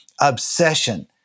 obsession